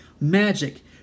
Magic